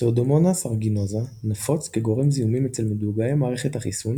Pseudomonas aeruginosa נפוץ כגורם זיהומים אצל מדוכאי מערכת החיסון